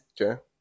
Okay